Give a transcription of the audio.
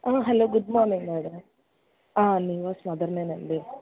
hello good morning madam Nivas mother అండి